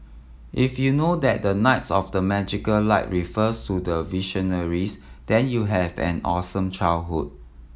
if you know that the knights of the magical light refers to the Visionaries then you had an awesome childhood